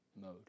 mode